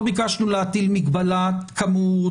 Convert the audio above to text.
לא ביקשנו להטיל מגבלת כמות,